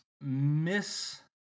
Miss